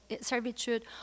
servitude